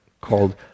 called